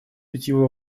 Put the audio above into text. питьевую